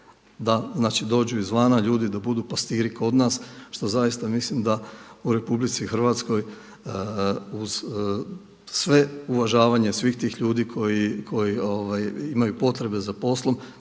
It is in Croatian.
dođu izvana ljudi da budu pastiri kod nas što zaista mislim da u RH uz sve uvažavanje svih tih ljudi koji imaju potrebe za poslom